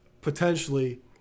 potentially